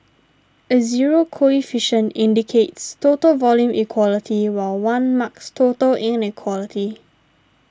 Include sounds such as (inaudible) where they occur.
a zero coefficient indicates total (unintelligible) equality while one marks total inequality